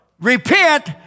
repent